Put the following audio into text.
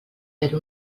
per